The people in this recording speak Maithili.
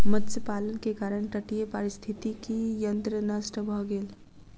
मत्स्य पालन के कारण तटीय पारिस्थितिकी तंत्र नष्ट भ गेल